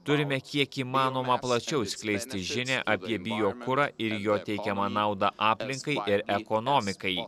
turime kiek įmanoma plačiau skleisti žinią apie biokurą ir jo teikiamą naudą aplinkai ir ekonomikai